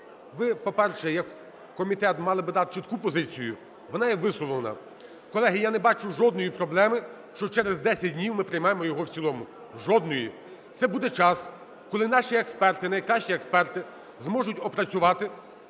Ви, по-перше, як комітет мали дати чітку позицію, вона є висловлена. Колеги, я не бачу жодної проблеми, що через 10 днів ми приймемо його в цілому, жодної. Це буде час, коли наші експерти, найкращі експерти зможуть опрацювати,